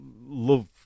love